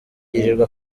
yirirwa